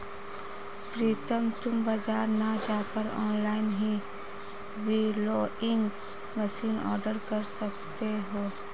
प्रितम तुम बाजार ना जाकर ऑनलाइन ही विनोइंग मशीन ऑर्डर कर सकते हो